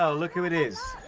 ah look who it is!